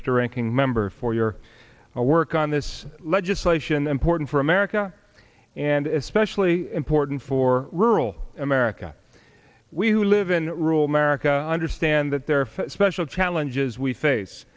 strengthening member for your work on this legislation important for america and especially important for rural america we live in rural america understand that there are special challenges we face